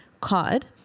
cod